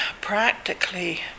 practically